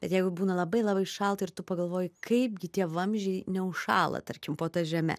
bet jeigu būna labai labai šalta ir tu pagalvoji kaipgi tie vamzdžiai neužšąla tarkim po ta žeme